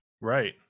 Right